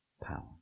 power